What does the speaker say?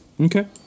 Okay